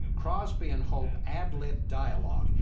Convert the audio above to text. crosby and hope ad-libbed dialogue,